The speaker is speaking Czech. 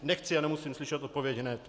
Nechci a nemusím slyšet odpověď hned.